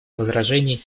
возражений